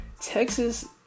Texas